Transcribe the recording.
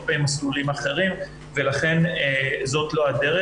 כלפי מסלולים אחרים ולכן זאת לא הדרך.